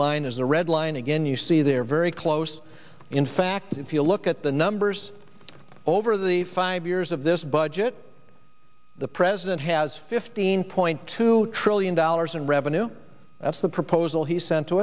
line is the red line again you see they're very close in fact if you look at the numbers over the five years of this budget the president has fifteen point two trillion dollars in revenue that's the proposal he sent to